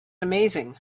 amazing